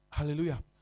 Hallelujah